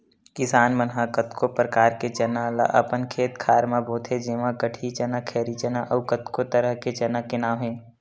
किसान मन ह कतको परकार के चना ल अपन खेत खार म बोथे जेमा कटही चना, खैरी चना अउ कतको तरह के चना के नांव हे